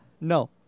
No